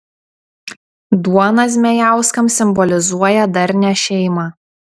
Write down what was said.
duona zmejauskams simbolizuoja darnią šeimą